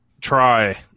try